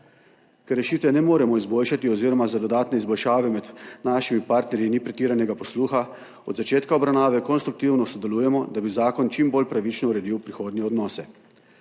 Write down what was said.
Ker rešitve ne moremo izboljšati oziroma za dodatne izboljšave med našimi partnerji ni pretiranega posluha, od začetka obravnave konstruktivno sodelujemo, da bi zakon čim bolj pravično uredil prihodnje odnose.